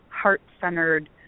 heart-centered